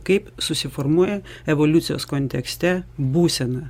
kaip susiformuoja evoliucijos kontekste būsena